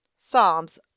Psalms